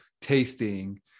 tasting